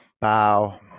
bow